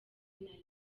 rimwe